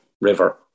river